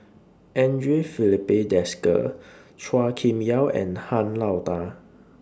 Andre Filipe Desker Chua Kim Yeow and Han Lao DA